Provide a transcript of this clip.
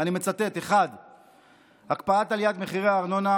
אני מצטט: 1. הקפאת עליית הארנונה,